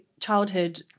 childhood